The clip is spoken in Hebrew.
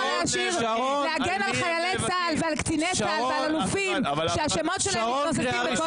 להגן על חיילי צה"ל ועל קציני צה"ל ועל אלופים שהשמות שלהם מתנוססים.